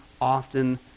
often